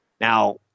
Now